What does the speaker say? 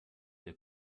der